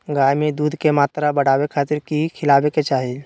गाय में दूध के मात्रा बढ़ावे खातिर कि खिलावे के चाही?